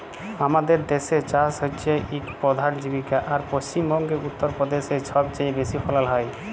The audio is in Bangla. আমাদের দ্যাসে চাষ হছে ইক পধাল জীবিকা আর পশ্চিম বঙ্গে, উত্তর পদেশে ছবচাঁয়ে বেশি ফলল হ্যয়